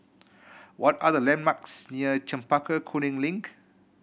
what are the landmarks near Chempaka Kuning Link